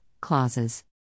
clauses